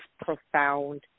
profound